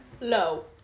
low